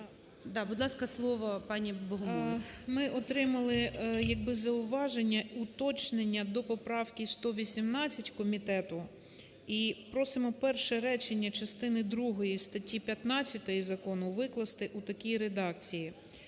Ми отримали як би зауваження, уточнення до поправки 118 комітету, і просимо перше речення частини другої статті 15 закону викласти у такій редакції.